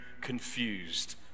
confused